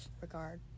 regard